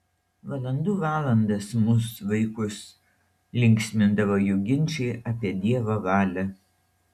valandų valandas mus vaikus linksmindavo jų ginčai apie dievo valią